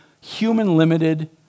human-limited